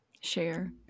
share